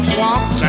Swamp